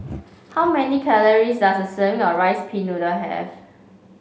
how many calories does a serving of Rice Pin Noodles have